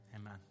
amen